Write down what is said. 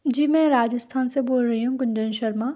जी मैं राजस्थान से बोल रही हूँ गुंजन शर्मा